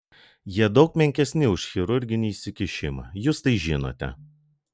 jie daug menkesni už chirurginį įsikišimą jūs tai žinote